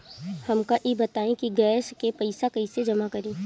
हमका ई बताई कि गैस के पइसा कईसे जमा करी?